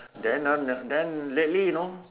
then uh then lately know